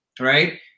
right